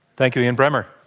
thank you, ian bremmer.